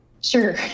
sure